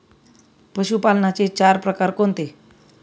पशुपालनाचे चार प्रकार कोणते?